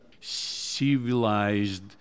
Civilized